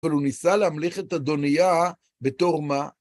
כלומר, הוא ניסה להמליך את אדוניה בתור מה?